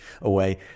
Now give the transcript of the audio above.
away